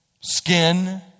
skin